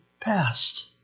past